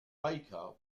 baker